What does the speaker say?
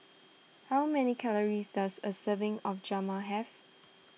how many calories does a serving of Jama have